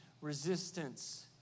resistance